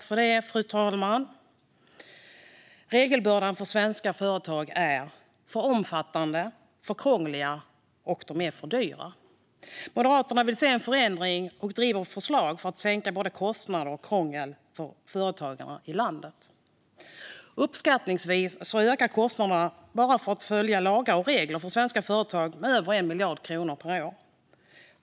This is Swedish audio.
Fru talman! Regelbördan för svenska företag är för omfattande, för krånglig och för dyr. Moderaterna vill se en förändring och driver förslag för att minska både kostnader och krångel för företagarna i landet. Uppskattningsvis ökar kostnaderna för svenska företag med över 1 miljard kronor per år bara för att följa lagar och regler.